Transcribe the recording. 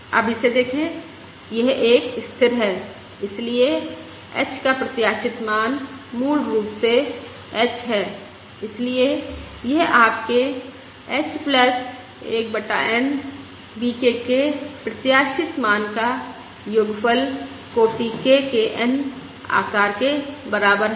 अब इसे देखें यह एक स्थिर है इसलिए h का प्रत्याशित मान मूल रूप से h है इसलिए यह आपके h 1 बटा N v k के प्रत्याशित मान का योगफल कोटि k के N आकार के बराबर है